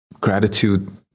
gratitude